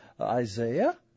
Isaiah